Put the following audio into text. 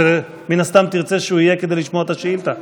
מן הסתם תרצה שהוא יהיה כדי לשמוע את השאילתה.